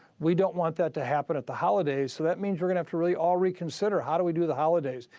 we don't want that to happen at the holidays. so that means you're going to have to really all reconsider, how do we do the holidays?